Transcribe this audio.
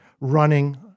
running